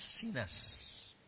sinners